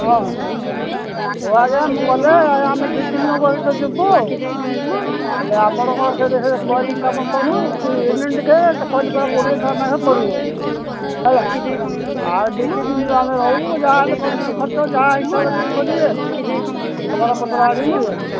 ହଁ ହଁ ଆଜ୍ଞା ମୁଁ ଗଲେ ଆମେ ଦୁଇ ତିନିି ଲୋକ ହୋଇକି ଯିବୁ ଆଉ ହେଲେ ଆପଣଙ୍କର ସେଇଠି ସେ କାମ କରୁ କି ଦେଖିଲି ପରା କୋଡ଼ିଏ ଟଙ୍କା ଲେଖା ପଡ଼ିବ ହେଲା ଆଉ ଦୁଇ ତିନିି ଦିନ ଆମେ ରହୁ ଯାହାହେଲେ ମଜୁରୀ ଖର୍ଚ୍ଚ ଯାହା ହିସାବରେ ଇଏ କରିବେ ଆଉ ସାମାନପତ୍ର ଆଣିକି